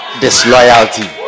disloyalty